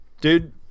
Dude